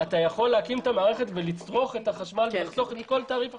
אתה יכול להקים את המערכת ולצרוך את החשמל ולחסוך מכל תעריף החשמל.